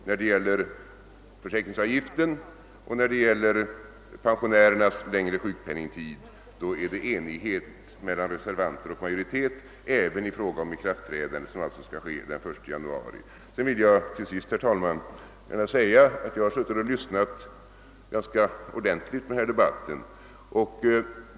När det gäller försäkringsavgifter och pensionärernas längre sjukpenningtid råder det enighet mellan reservanter och majoritet även i fråga om ikraftträdandet, som alltså skall ske den 1 januari. Till sist, herr talman, vill jag gärna säga att jag har lyssnat ganska ordentligt på denna debatt.